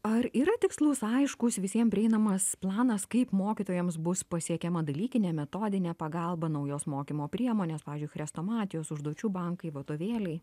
ar yra tikslus aiškus visiem prieinamas planas kaip mokytojams bus pasiekiama dalykinė metodinė pagalba naujos mokymo priemonės pavyzdžiui chrestomatijos užduočių bankai vadovėliai